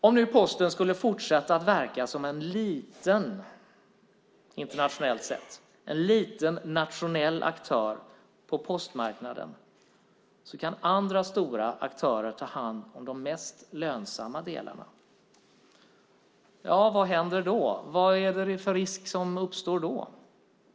Om nu Posten skulle fortsätta att verka som en - internationellt sett - liten nationell aktör på postmarknaden skulle andra stora aktörer kunna ta hand om de mest lönsamma delarna. Vad händer då? Vad är det för risk som uppstår då?